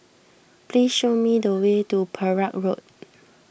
please show me the way to Perak Road